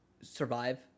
survive